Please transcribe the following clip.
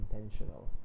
intentional